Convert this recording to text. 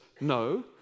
no